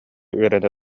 үөрэнэ